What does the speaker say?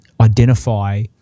identify